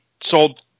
sold